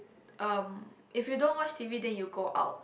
um if you don't watch t_v then you go out